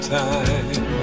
time